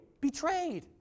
betrayed